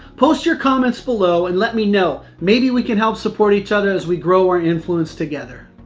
post your comments below and let me know. maybe we can help support each other as we grow our influence together.